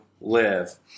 live